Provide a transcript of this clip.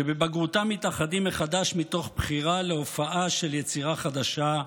שבבגרותם מתאחדים מחדש מתוך בחירה להופעה של יצירה חדשה,